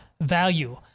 value